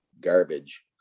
garbage